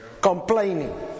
Complaining